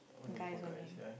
guys only